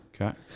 okay